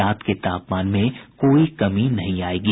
रात के तापमान में कोई कमी नहीं आयेगी